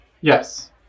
Yes